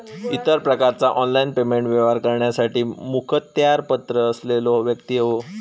इतर प्रकारचा online payment व्यवहार करण्यासाठी मुखत्यारपत्र असलेलो व्यक्ती होवो